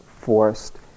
forced